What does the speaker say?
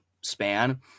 span